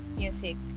music